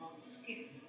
skip